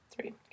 Three